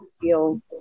feel